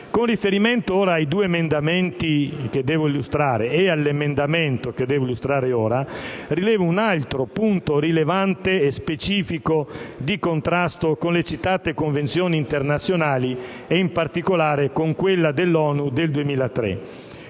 Con riferimento ai due emendamenti 1.200/1 e 1.200/5 e all'emendamento 1.3 che devo illustrare ora, rilevo un altro punto rilevante e specifico di contrasto con le citate Convenzioni internazionali, e in particolare con quella dell'ONU del 2003.